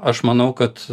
aš manau kad